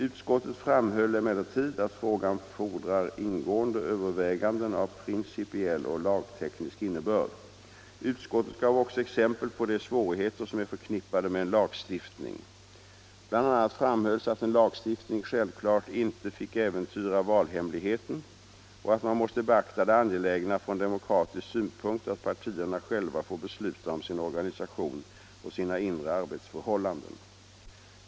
Utskottet framhöll emellertid att frågan fordrar ingående överväganden av principiell och lagteknisk innebörd. Utskottet gav också exempel på de svårigheter som är förknippade med en lagstiftning. Bl. a. framhölls att en lagstiftning självklart inte fick äventyra valhemligheten och att man måste beakta det angelägna från demokratisk synpunkt att partierna själva får besluta om sin organisation och sina inre arbetsförhållanden.